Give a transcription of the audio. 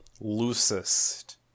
loosest